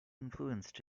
influenced